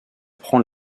prend